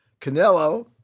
Canelo